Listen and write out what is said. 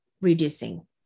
reducing